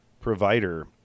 provider